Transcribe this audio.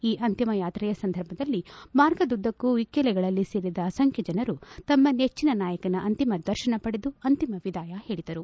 ಈ ಅಂತಿಮ ಯಾತ್ರೆಯ ಸಂದರ್ಭದಲ್ಲಿ ಮಾರ್ಗದ್ದುದ್ದಕ್ಕೂ ಇಕ್ಕೆಲೆಗಳಲ್ಲಿ ಸೇರಿದ್ದ ಅಸಂಖ್ಯ ಜನರು ತಮ್ಮ ನೆಚ್ಚನ ನಾಯಕನ ಅಂತಿಮ ದರ್ಶನ ಪಡೆದು ಅಂತಿಮ ವಿದಾಯ ಹೇಳದರು